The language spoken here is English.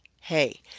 hey